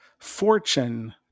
Fortune